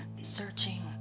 searching